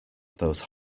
those